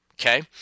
Okay